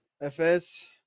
FS